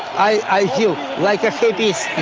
i feel like so the